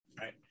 right